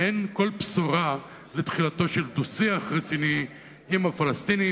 כל בשורה על תחילתו של דו-שיח רציני עם הפלסטינים,